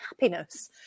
happiness